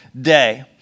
day